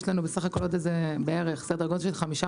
יש לנו בסך הכול עוד בערך סדר גודל של חמישה